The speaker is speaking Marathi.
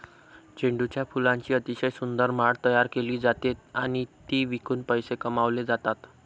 झेंडूच्या फुलांची अतिशय सुंदर माळ तयार केली जाते आणि ती विकून पैसे कमावले जातात